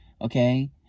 okay